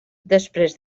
després